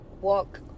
walk